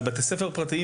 על בתי ספר פרטיים,